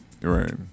Right